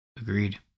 agreed